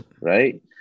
Right